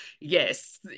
yes